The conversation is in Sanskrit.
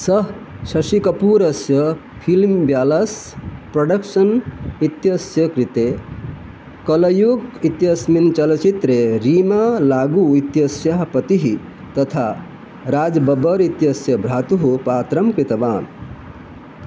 सः शशिकपूरस्य फिल्म् ब्यालस् प्रोडक्शन् इत्यस्य कृते कलयूग् इत्यस्मिन् चलचित्रे रीमालागु इत्यस्याः पतिः तथा राजबब्बर् इत्यस्य भ्रातुः पात्रं कृतवान्